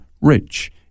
rich